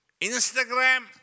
Instagram